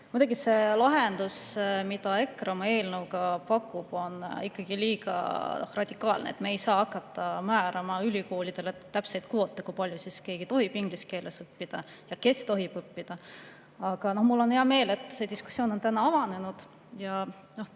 Muidugi see lahendus, mida EKRE oma eelnõuga pakub, on ikkagi liiga radikaalne. Me ei saa hakata määrama ülikoolidele täpseid kvoote, kui palju keegi tohib inglise keeles õppida ja kes tohib [selles keeles] õppida. Aga mul on hea meel, et see diskussioon on täna avanenud, ja